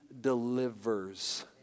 delivers